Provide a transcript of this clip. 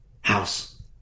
House